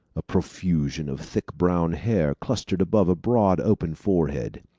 a profusion of thick brown hair clustered above a broad open forehead.